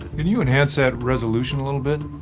and you enhance that resolution a little bit?